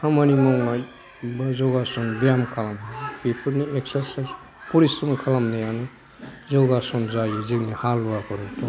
खामानि मावनाय यगासन ब्याम खालामनाय बेफोरनि एक्सार्साइस परिश्रम खालामनायानो जगासन जायो जेरै हालुवाफोर